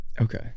Okay